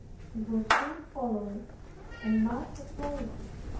he was soon followed and much applauded.